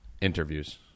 Interviews